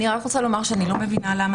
אני רק רוצה לומר שאני לא מבינה למה